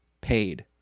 paid